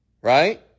Right